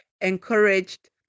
encouraged